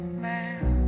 man